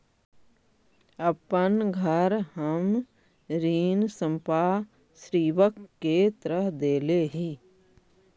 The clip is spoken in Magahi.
अपन घर हम ऋण संपार्श्विक के तरह देले ही